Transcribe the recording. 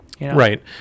right